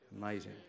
Amazing